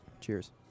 Cheers